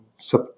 set